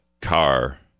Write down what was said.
car